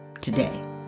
today